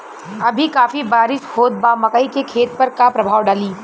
अभी काफी बरिस होत बा मकई के खेत पर का प्रभाव डालि?